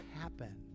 happen